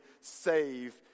save